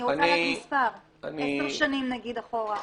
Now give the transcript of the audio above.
אני רוצה לדעת מספר נגיד עשר שנים אחורה?